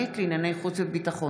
שנתעייף?